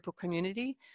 community